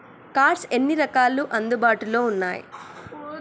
Cards ఎన్ని రకాలు అందుబాటులో ఉన్నయి?